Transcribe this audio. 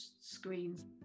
screens